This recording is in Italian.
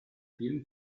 film